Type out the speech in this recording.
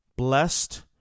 blessed